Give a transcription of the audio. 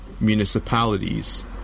municipalities